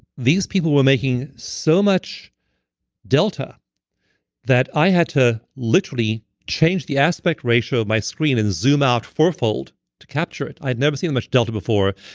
these people were making so much delta that i had to literally change the aspect ratio of my screen and zoom out fourfold to capture it. i had never seen that much delta before.